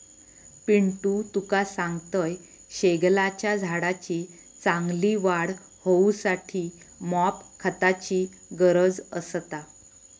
पिंटू तुका सांगतंय, शेगलाच्या झाडाची चांगली वाढ होऊसाठी मॉप खताची गरज असता